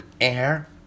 Air